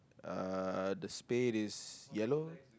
uh the spade is yellow